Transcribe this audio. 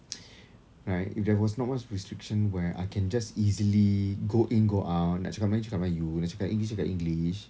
right if there was not much restriction where I can just easily go in go out nak cakap melayu cakap melayu nak cakap english cakap english